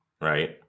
Right